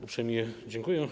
Uprzejmie dziękuję.